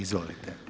Izvolite.